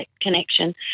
connection